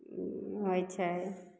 होइ छै